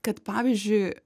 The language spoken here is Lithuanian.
kad pavyzdžiui